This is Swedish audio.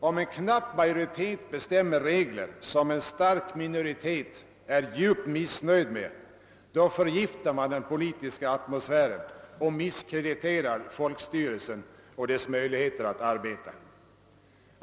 Om en knapp majoritet fastställer regler som en stark minoritet är djupt missnöjd med, förgiftas den politiska atmosfären, misskrediteras folkstyrelsen och minskas dess möjligheter att arbeta.